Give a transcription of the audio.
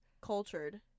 Cultured